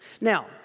Now